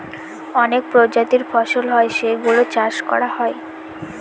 অনেক প্রজাতির ফসল হয় যেই গুলো চাষ করা হয়